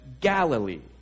Galilee